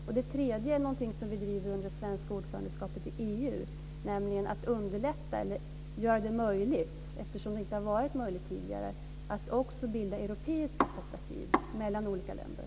Det tredje är någonting som vi driver under det svenska ordförandeskapet i EU, nämligen att underlätta eller göra det möjligt, eftersom det inte har varit möjligt tidigare, att också bilda europeiska kooperativ mellan olika länder.